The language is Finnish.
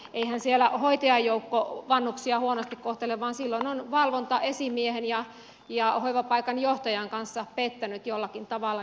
eihän siellä hoitajajoukko vanhuksia huonosti kohtele vaan silloin on valvonta esimiehen ja hoivapaikan johtajan kanssa pettänyt jollakin tavalla